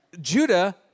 Judah